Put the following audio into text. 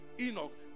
Enoch